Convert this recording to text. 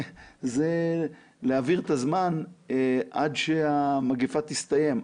זה להעביר את הזמן עד שהמגפה תסתיים.